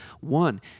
one